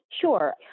Sure